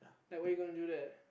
like what you're gonna do there